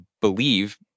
believe